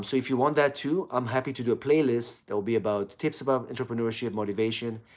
so if you want that, too, i'm happy to do a playlist. there'll be about tips about entrepreneurship, motivation.